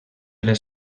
les